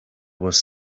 was